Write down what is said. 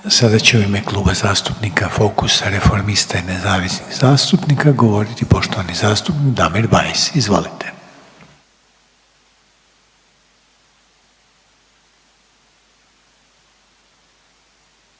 Sada će u ime Kluba zastupnika Fokusa, Reformista i nezavisnih zastupnika govoriti poštovani zastupnik Damir Bajs. Izvolite.